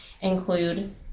include